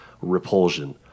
repulsion